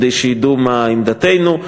כדי שידעו מה עמדתנו.